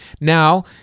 Now